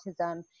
autism